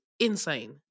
Insane